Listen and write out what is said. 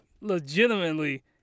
legitimately